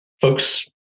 folks